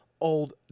Old